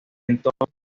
entonces